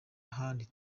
ahandi